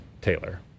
Taylor